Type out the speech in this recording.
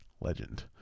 legend